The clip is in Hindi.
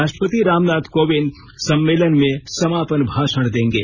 राष्ट्रपति रामनाथ कोविन्द सम्मेलन में समापन भाषण देंगे